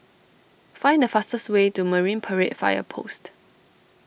find the fastest way to Marine Parade Fire Post